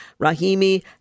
Rahimi